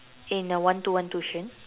in a one to one tuition